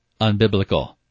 unbiblical